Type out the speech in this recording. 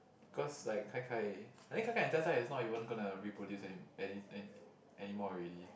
cause like kai kai I think kai kai and Jia Jia is not even gonna reproduce any any any anymore already